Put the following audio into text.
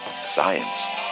science